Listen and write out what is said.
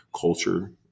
culture